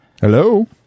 Hello